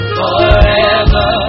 forever